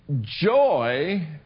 joy